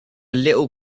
little